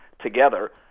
together